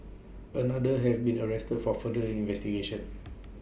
another has been arrested for further investigations